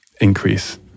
increase